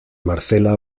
marcela